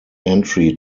entry